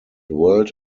world